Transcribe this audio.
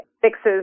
fixes